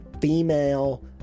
female